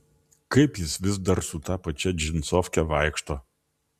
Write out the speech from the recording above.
kaip jis vis dar su ta pačia džinsofke vaikšto